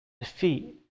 defeat